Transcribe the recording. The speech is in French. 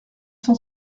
cent